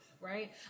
right